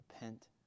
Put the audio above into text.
Repent